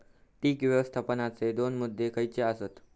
कीटक व्यवस्थापनाचे दोन मुद्दे खयचे आसत?